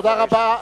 תודה רבה.